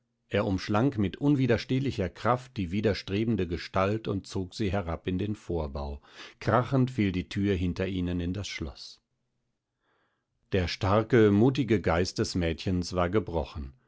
er umschlang mit unwiderstehlicher kraft die widerstrebende gestalt und zog sie herab in den vorbau krachend fiel die thür hinter ihnen in das schloß der starke mutige geist des mädchens war gebrochen